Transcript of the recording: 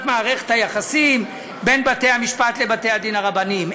מערכת היחסים בין מערכת המשפט לבתי-הדין הרבניים,